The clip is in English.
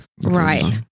Right